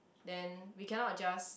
then we cannot just